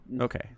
Okay